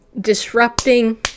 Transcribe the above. disrupting